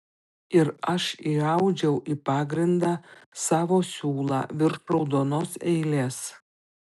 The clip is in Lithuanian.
ir aš įaudžiau į pagrindą savo siūlą virš raudonos eilės